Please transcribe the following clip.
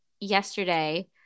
yesterday